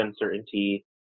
uncertainty